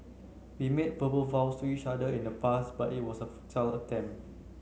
we made verbal vows to each other in the past but it was a futile attempt